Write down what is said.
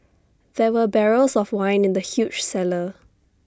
there were barrels of wine in the huge cellar